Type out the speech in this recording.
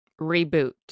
reboot